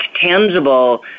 tangible